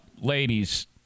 ladies